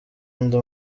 ndi